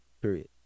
period